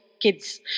kids